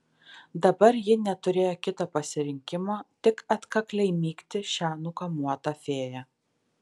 dabar ji neturėjo kito pasirinkimo tik atkakliai mygti šią nukamuotą fėją